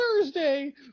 Thursday